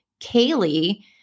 Kaylee